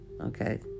okay